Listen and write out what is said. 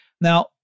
Now